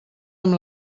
amb